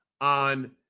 on